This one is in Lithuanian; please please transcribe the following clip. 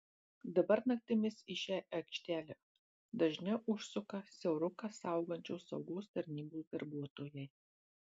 dabar naktimis į šią aikštelę dažniau užsuka siauruką saugančios saugos tarnybos darbuotojai